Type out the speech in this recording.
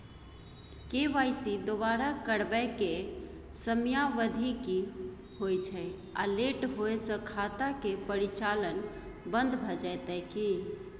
KYC दोबारा करबै के समयावधि की होय छै आ लेट होय स खाता के परिचालन बन्द भ जेतै की?